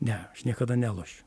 ne aš niekada nelošiu